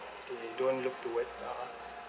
they don't look towards uh